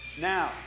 Now